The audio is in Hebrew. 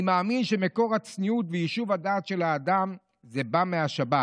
אני מאמין שמקור הצניעות ויישוב הדעת של האדם זה בא מהשבת.